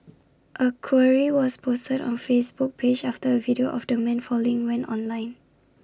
A query was posted on Facebook page after A video of the man falling went online